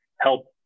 help